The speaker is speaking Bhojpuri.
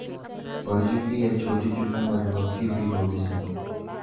बरेचुकी आ छोटीचुकी मधुमक्खी भी होली सन